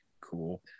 cool